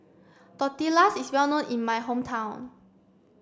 Tortillas is well known in my hometown